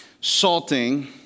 salting